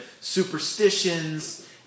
superstitions